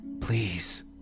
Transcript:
Please